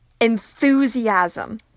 enthusiasm